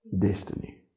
destiny